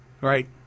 Right